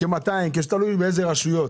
לפעמים 200, תלוי באיזה רשויות.